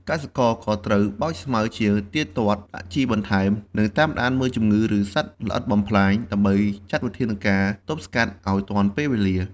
កសិករក៏ត្រូវបោចស្មៅជាទៀងទាត់ ដាក់ជីបន្ថែម និងតាមដានមើលជំងឺឬសត្វល្អិតបំផ្លាញ ដើម្បីចាត់វិធានការទប់ស្កាត់ឱ្យទាន់ពេលវេលា។